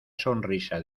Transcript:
sonrisa